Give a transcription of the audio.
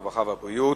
הרווחה והבריאות.